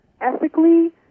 ethically